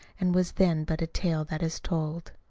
and was then but a tale that is told.